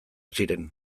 ziren